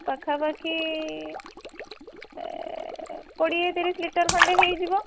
ପାଖାପାଖି କୋଡ଼ିଏ ତିରିଶ ଲିଟର ଖଣ୍ଡେ ହେଇଯିବ